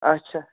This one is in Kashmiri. اَچھا